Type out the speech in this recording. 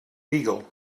beagle